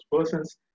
persons